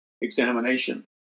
examination